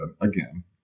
again